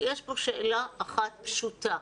יש פה שאלה אחת פשוטה,